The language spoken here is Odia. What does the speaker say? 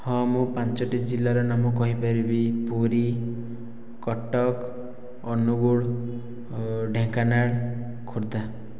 ହଁ ମୁ ପାଞ୍ଚଟି ଜିଲ୍ଲାର ନାମ କହିପାରିବି ପୁରୀ କଟକ ଅନୁଗୁଳ ଢେଙ୍କାନାଳ ଖୋର୍ଦ୍ଧା